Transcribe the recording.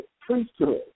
priesthood